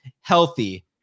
healthy